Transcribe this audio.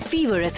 Fever